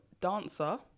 dancer